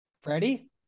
Freddie